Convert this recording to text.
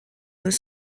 deux